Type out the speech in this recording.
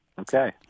Okay